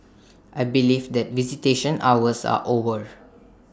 I believe that visitation hours are over